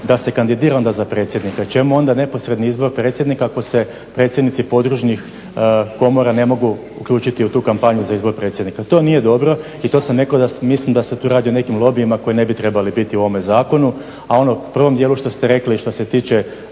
da se kandidira onda za predsjednika? Jer čemu onda neposredni izbor predsjednika ako se predsjednici podružnih komora ne mogu uključiti u tu kampanju za izbor predsjednika. To nije dobro i to sam rekao da mislim da se tu radi o nekim lobijima koji ne bi trebali biti u ovome zakonu, a ono u prvom dijelu što ste rekli što se tiče